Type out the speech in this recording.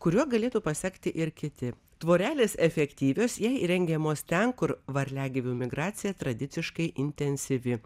kuriuo galėtų pasekti ir kiti tvorelės efektyvios jei įrengiamos ten kur varliagyvių migracija tradiciškai intensyvi